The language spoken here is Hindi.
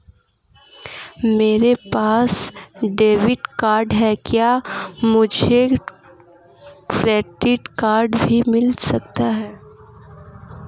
मेरे पास डेबिट कार्ड है क्या मुझे क्रेडिट कार्ड भी मिल सकता है?